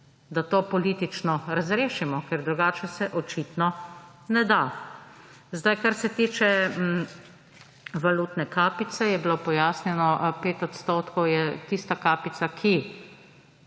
da to politično razrešimo, ker drugače se očitno ne da. Kar se tiče valutne kapice, je bilo pojasnjeno, 5 odstotkov je tista kapica, ki